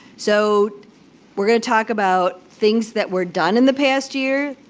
so we're gonna talk about things that were done in the past year,